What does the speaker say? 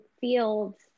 fields